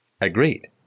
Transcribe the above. Agreed